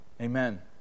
Amen